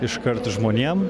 iškart žmonėm